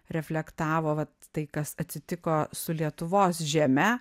reflektavo vat tai kas atsitiko su lietuvos žeme